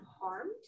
harmed